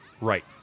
right